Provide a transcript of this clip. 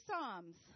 Psalms